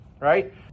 right